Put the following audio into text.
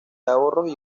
ahorros